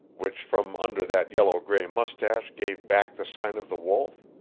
which from under that yellow-gray mustache gave back the sign of the wolf?